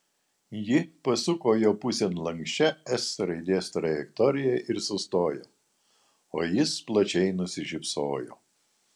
ji pasuko jo pusėn lanksčia s raidės trajektorija ir sustojo o jis plačiai nusišypsojo